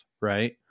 right